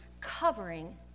covering